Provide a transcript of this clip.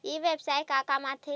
ई व्यवसाय का काम आथे?